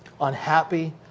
unhappy